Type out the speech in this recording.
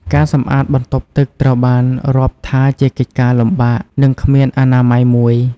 ការសម្អាតបន្ទប់ទឹកត្រូវបានរាប់ថាជាកិច្ចការលំបាក និងគ្មានអនាម័យមួយ។